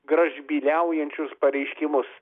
gražbyliaujančius pareiškimus